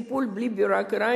טיפול בלי ביורוקרטיה,